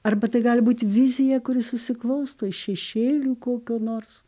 arba tai gali būti vizija kuri susiklosto iš šešėlių kokio nors